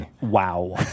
Wow